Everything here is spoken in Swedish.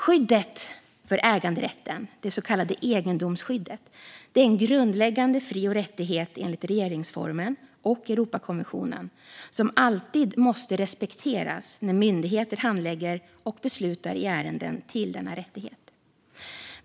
Skyddet för äganderätten, det så kallade egendomsskyddet, är en grundläggande fri och rättighet enligt regeringsformen och Europakonventionen som alltid måste respekteras när myndigheter handlägger och beslutar i ärenden med koppling till denna rättighet.